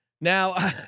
Now